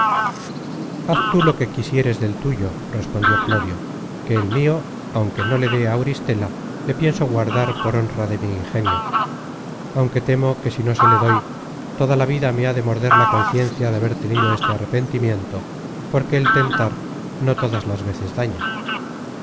haz tú lo que quisieres del tuyo respondió clodio que el mio aunque no le dé á auristela le pienso guardar por honra de mi ingenio aunque temo que si no se le doy toda la vida me ha de morder la conciencia de haber tenido este arrepentimiento porque el tentar no todas las veces daña